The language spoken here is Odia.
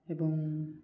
ଏବଂ